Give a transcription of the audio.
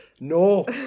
No